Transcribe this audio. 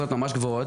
בהיקפים ממש גבוהים.